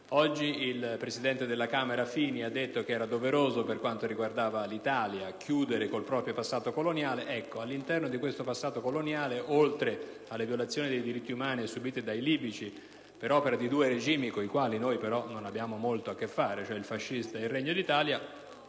Oggi, il presidente della Camera Fini ha detto che era doveroso, per quanto riguardava l'Italia, chiudere con il proprio passato coloniale. All'interno di questo passato coloniale, oltre alle violazioni dei diritti umani subite dai libici per opera di due regimi con i quali non abbiamo molto a che fare (il fascismo e il Regno d'Italia),